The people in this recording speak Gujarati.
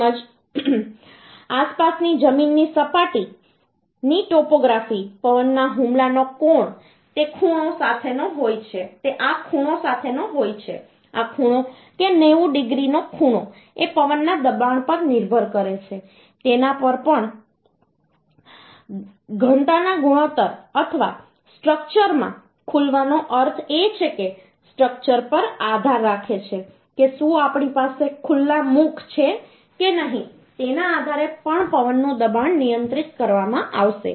તેમજ આસપાસની જમીનની સપાટીની ટોપોગ્રાફી પવનના હુમલાનો કોણ તે આ ખૂણો સાથેનો હોય આ ખૂણો કે 90 ડિગ્રીનો ખૂણો એ પવનના દબાણ પર નિર્ભર કરે છે તેના પર પણ ઘનતાના ગુણોત્તર અથવા સ્ટ્રક્ચરમાં ખુલવાનો અર્થ એ છે કે સ્ટ્રક્ચર પર આધાર રાખે છે કે શું આપણી પાસે ખુલ્લા મુખ છે કે નહીં તેના આધારે પણ પવનનું દબાણ નિયંત્રિત કરવામાં આવશે